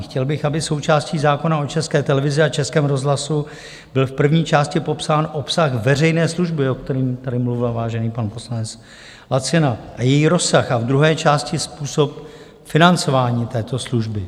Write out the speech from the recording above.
Chtěl bych, aby součástí zákona o České televizi a Českém rozhlasu byl v první části popsán obsah veřejné služby, o kterém tady mluvil vážený pan poslanec Lacina, a její rozsah, a v druhé části způsob financování této služby.